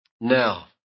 Now